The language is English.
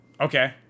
okay